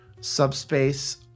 Subspace